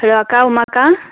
hello அக்கா உமாக்கா